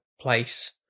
place